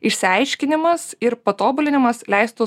išsiaiškinimas ir patobulinimas leistų